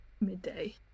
midday